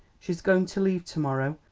she's going to leave to-morrow,